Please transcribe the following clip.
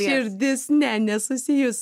širdis ne nesusijus